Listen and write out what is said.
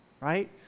right